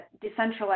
decentralized